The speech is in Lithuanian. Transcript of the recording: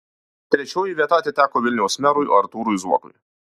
trečioji vieta atiteko vilniaus merui artūrui zuokui